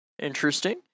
Interesting